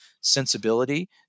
sensibility